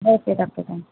okay doctor thanks